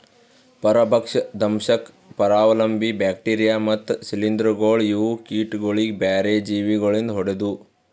ಪರಭಕ್ಷ, ದಂಶಕ್, ಪರಾವಲಂಬಿ, ಬ್ಯಾಕ್ಟೀರಿಯಾ ಮತ್ತ್ ಶ್ರೀಲಿಂಧಗೊಳ್ ಇವು ಕೀಟಗೊಳಿಗ್ ಬ್ಯಾರೆ ಜೀವಿ ಗೊಳಿಂದ್ ಹೊಡೆದು